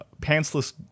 pantsless